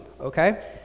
okay